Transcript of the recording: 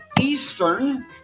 Eastern